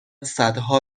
صدها